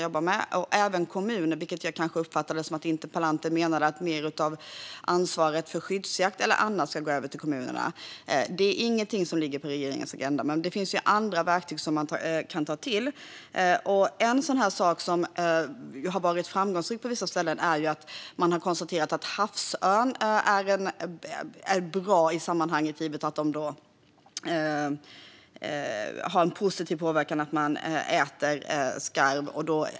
Jag uppfattar att interpellanten menar att mer av ansvaret för skyddsjakt eller annat ska gå över till kommunerna. Det är ingenting som finns på regeringens agenda, men det finns ju andra verktyg som man kan ta till i kommunerna. På vissa ställen har man till exempel konstaterat att havsörn är bra i sammanhanget givet att den äter skarv.